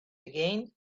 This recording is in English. again